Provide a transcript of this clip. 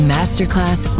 Masterclass